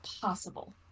possible